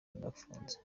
bafunze